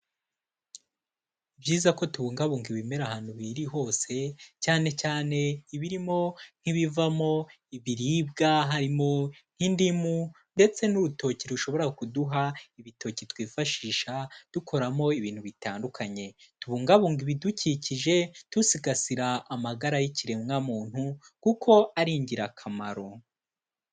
Byiza ko tubungabunga ibimera ahantu biri hose, cyane cyane ibirimo nk'ibivamo ibiribwa harimo, nk'indimu ndetse n'urutoki rushobora kuduha ibitoki twifashisha dukoramo ibintu bitandukanye, tubungabunge ibidukikije dusigasira amagara y'ikiremwamuntu, kuko ari ingirakamaro.